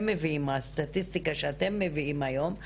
מביאים ועל הסטטיסטיקה שאתם מביאים היום,